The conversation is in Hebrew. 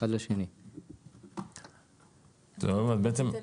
לאן הולכים?